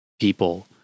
people